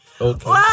Okay